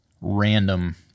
random